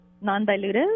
non-dilutive